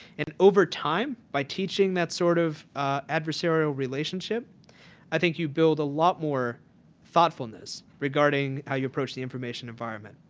and over time by teaching that sort of adversarial relationship i think you build a lot more thoughtfulness regarding how you approach the information environment.